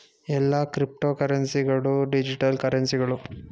ಎಲ್ಲಾ ಕ್ರಿಪ್ತೋಕರೆನ್ಸಿ ಗಳು ಡಿಜಿಟಲ್ ಕರೆನ್ಸಿಗಳು